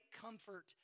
comfort